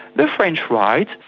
the french right,